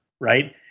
right